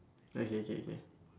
okay okay okay